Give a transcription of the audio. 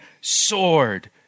sword